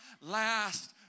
last